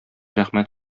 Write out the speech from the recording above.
рәхмәт